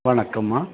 வணக்கம்மா